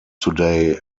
today